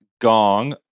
Gong